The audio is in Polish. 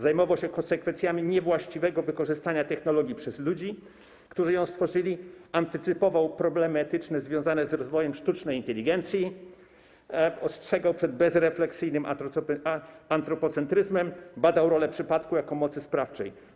Zajmował się konsekwencjami niewłaściwego wykorzystania technologii przez ludzi, którzy ją stworzyli, antycypował problemy etyczne związane z rozwojem sztucznej inteligencji, ostrzegał przed bezrefleksyjnym antropocentryzmem, badał rolę przypadku jako mocy sprawczej.